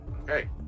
Okay